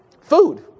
Food